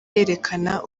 yerekana